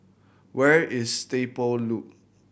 where is Stable Loop